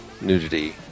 nudity